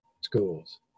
schools